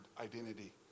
identity